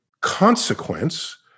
consequence